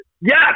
Yes